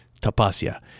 tapasya